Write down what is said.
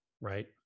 right